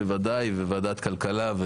בוודאי בוועדת כלכלה.